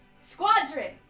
Squadron